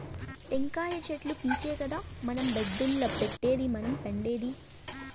టెంకాయ చెట్లు పీచే కదా మన బెడ్డుల్ల పెట్టేది మనం పండేది